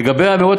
לגבי האמירות